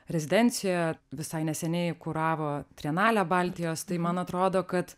rezidencijoje visai neseniai kuravo trienalę baltijos tai man atrodo kad